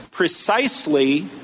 Precisely